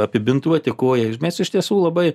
apibintuoti koją ir mes iš tiesų labai